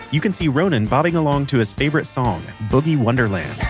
you can see ronan bobbing along to his favorite song boogie wonderland.